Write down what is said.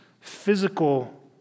physical